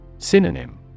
Synonym